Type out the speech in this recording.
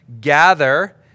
gather